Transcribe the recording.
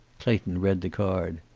clayton read the card.